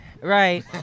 Right